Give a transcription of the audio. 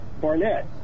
Barnett